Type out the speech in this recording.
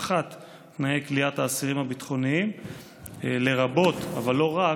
תנאי כליאת האסירים הביטחוניים, לרבות, אבל לא רק,